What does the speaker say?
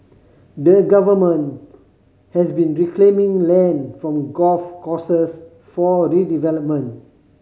the Government has been reclaiming land from golf courses for redevelopment